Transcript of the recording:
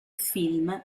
film